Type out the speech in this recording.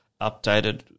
updated